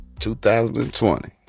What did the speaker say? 2020